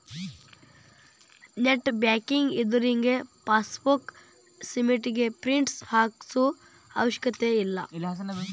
net banking ಇದ್ದೋರಿಗೆ passbook statement print ಹಾಕ್ಸೋ ಅವಶ್ಯಕತೆನ ಇಲ್ಲಾ